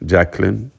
Jacqueline